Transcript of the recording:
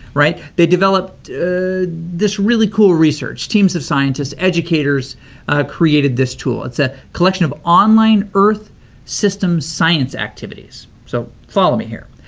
right, they developed this really cool research. teams of scientists, educators created this tool. it's a collection of online earth system science activities. so, follow me here.